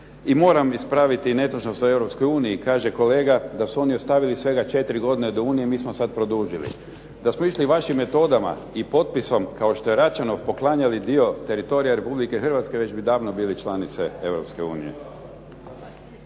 I moram ispraviti i netočnost o Europskoj uniji. Kaže kolega da su oni ostavili svega 4 godine do Unije mi smo sad produžili. Da smo išli vašim metodama i potpisom kao što je Račanov, poklanjali dio teritorija Republike Hrvatske već bi davno bili članice